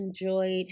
enjoyed